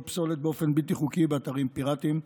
פסולת באופן בלתי חוקי באתרים פיראטיים,